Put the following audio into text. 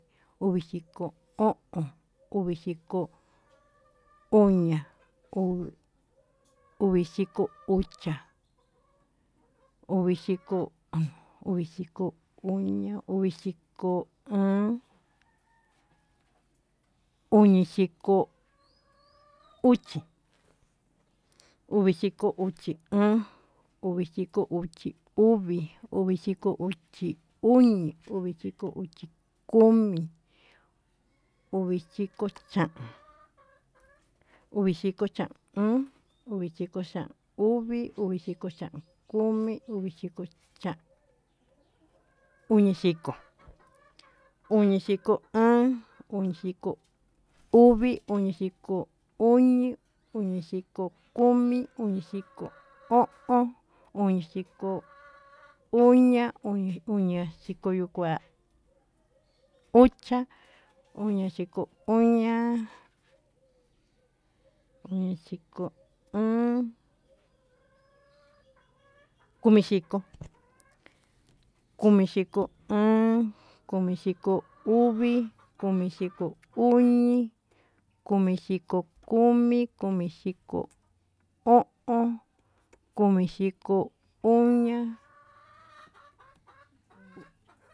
Uvixhiko o'on, uvixhiko uñia, uvixhiko uxia, uvixhiko o'on, uvixhiko uxi, uvixhiko uxi oon, uvixhiko uxi uvi, uvixhiko uxi uñi, uvixhi uxi komi, uvixhiko chaon, uvixhiko chaon oon, uvixhiko chaon uvi, uvixhiko chaon oñi, uvixhiko chaon uñixhiko, uñixhiko oon, uñixhiko uvi, uñixhiko oñi, uñixhiko komi, uñixhiko o'on, uñixhiko uña'a, uñixhiko yuu kuá unixhiko ucha uñixhiko oña, uñixhiko óón, komixhiko, komixhiko uvi, komixhiko uña, komixhiko komi, komixhiko o'on, komixhiko uña, komixhiko.